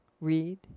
read